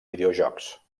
videojocs